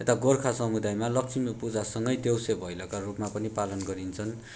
यता गोर्खा समुदायमा लक्ष्मी पूजासँगै देउसे भैलोका रूपमा पनि पालन गरिन्छन्